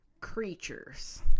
creatures